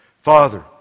Father